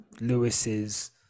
Lewis's